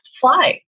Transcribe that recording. fly